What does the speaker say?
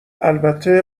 البته